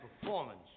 performance